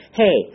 hey